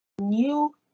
new